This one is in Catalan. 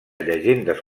llegendes